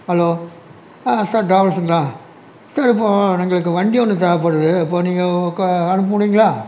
hello sir டிராவல்ஸுங்களா sir இப்போது எங்களுக்கு வண்டி ஒன்று தேவைப்படுது இப்போது நீங்கள் ஒ கொ அனுப்ப முடியுங்களா